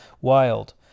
wild